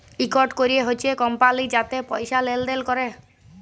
ইকট ক্যরে হছে কমপালি যাতে পয়সা লেলদেল ক্যরে